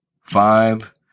Five